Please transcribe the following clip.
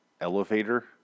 Elevator